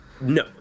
no